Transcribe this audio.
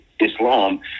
Islam